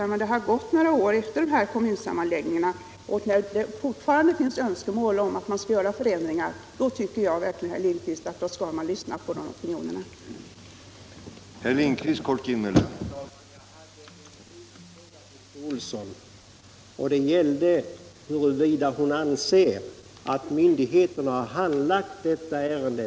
När det nu har gått några år efter kommunsammanläggningarna och vissa kommuner fortfarande har önskemål om ändringar, skall man lyssna på de opinionerna, herr Lindkvist.